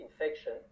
infection